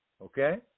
Okay